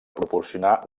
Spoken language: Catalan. proporcionar